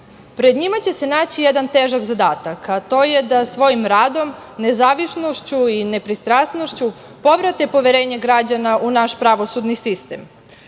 njima će se naći jedan težak zadatak, a to je da svojim radom, nezavisnošću i nepristrasnošću povrate poverenje građana u naš pravosudni